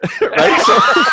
right